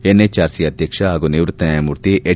ಎನ್ಎಚ್ಆರ್ಸಿಯ ಅಧ್ಯಕ್ಷ ಹಾಗೂ ನಿವೃತ್ತ ನ್ನಾಯಮೂರ್ತಿ ಎಚ್